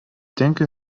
denke